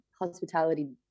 hospitality